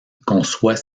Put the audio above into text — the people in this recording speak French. conçoit